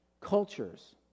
cultures